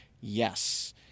Yes